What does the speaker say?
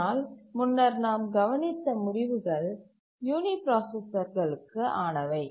ஆனால் முன்னர் நாம் கவனித்த முடிவுகள் யூனிபிராசசர்களுக்கு ஆனவை